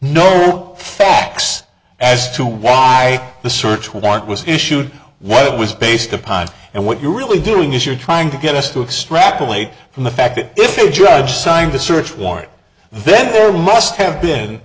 no facts as to why the search warrant was issued what it was based upon and what you're really doing is you're trying to get us to extrapolate from the fact that if the judge signed a search warrant then there must have been